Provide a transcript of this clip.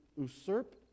usurp